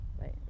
Right